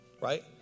right